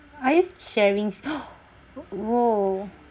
are you sharing s~ !whoa!